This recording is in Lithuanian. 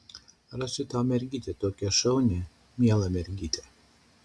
rasiu tau mergytę tokią šaunią mielą mergytę